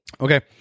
Okay